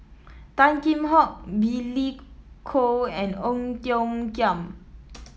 Tan Kheam Hock Billy Koh and Ong Tiong Khiam